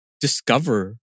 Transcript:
discover